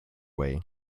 way